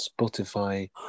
Spotify